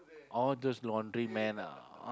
all those laundry man ah